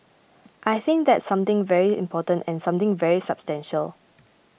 I think that's something very important and something very substantial